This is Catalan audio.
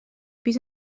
pis